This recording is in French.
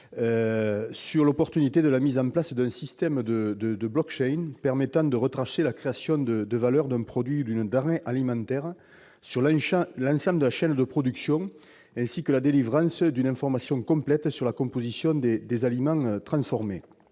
sur l'opportunité de la mise en place d'un système de permettant de retracer la création de valeur d'un produit ou d'une denrée alimentaire sur l'ensemble de la chaîne de production, et de délivrer une information complète sur la composition des aliments transformés.